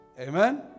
Amen